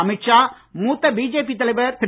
அமித் ஷா மூத்த பிஜேபி தலைவர் திரு